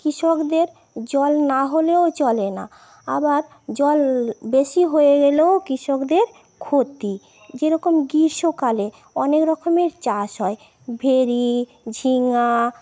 কৃষকদের জল নাহলেও চলে না আবার জল বেশি হয়ে গেলেও কৃষকদের ক্ষতি যেরকম গ্রীষ্মকালে অনেকরকমের চাষ হয় ভেরি ঝিঙা